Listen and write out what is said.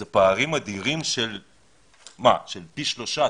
אלה פערים אדירים של פי שלושה,